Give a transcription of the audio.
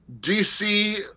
DC